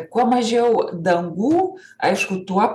kuo mažiau dangų aišku tuo